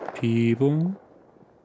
people